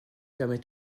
permet